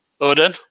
Odin